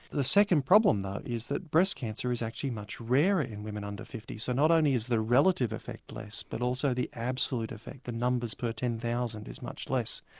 the second problem though is that breast cancer is actually much rarer in women under fifty. so not only is the relative effect less but also the absolute effect, the numbers per ten thousand is much less.